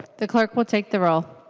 the clerk will take the roll.